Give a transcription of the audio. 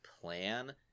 plan